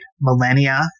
millennia